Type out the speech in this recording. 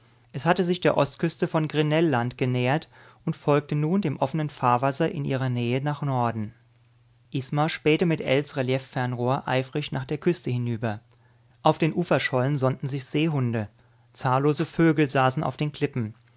es hatte sich der ostküste von grinnell land genähert und folgte nun dem offenen fahrwasser in ihrer nähe nach norden isma spähte mit ells relieffernrohr eifrig nach der küste hinüber auf den uferschollen sonnten sich seehunde zahllose vögel saßen auf den klippen